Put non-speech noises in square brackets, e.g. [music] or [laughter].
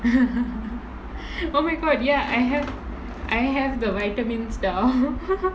[laughs] oh my god ya I have I have the vitamins though